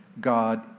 God